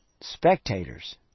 Spectators